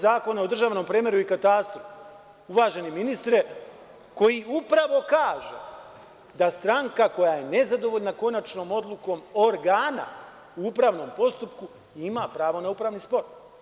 Zakona o državnom premeru i katastru, uvaženi ministre, koji upravo kaže da stranka koja je nezadovoljna konačnom odlukom organa u upravnom postupku ima pravo na upravni spor.